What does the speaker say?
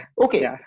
Okay